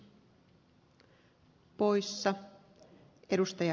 rouva puhemies